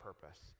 purpose